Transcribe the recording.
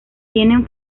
tienen